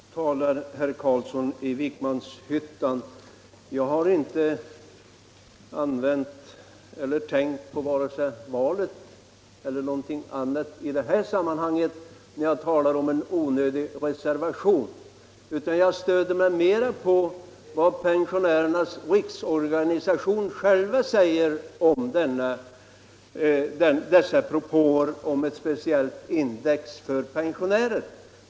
Herr talman! Val och stora bokstäver talar herr Carlsson i Vikmanshyttan om. Jag har inte tänkt på vare sig valet eller någonting annat i det här sammanhanget när jag talar om en onödig reservation. Jag stöder mig i stället mera på vad Pensionärernas riksorganisation själv säger om dessa propåer om speciellt index för pensionärer.